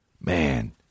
Man